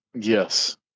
Yes